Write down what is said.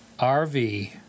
RV